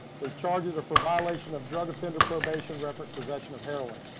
his charges are for violation of drug offender probation reference possession of heroine.